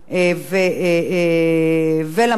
ולמנכ"ל שלו,